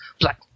Black